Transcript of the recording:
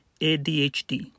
ADHD